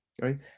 right